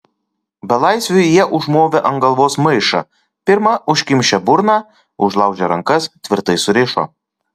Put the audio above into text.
belaisviui jie užmovė ant galvos maišą pirma užkimšę burną užlaužė rankas tvirtai surišo